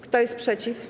Kto jest przeciw?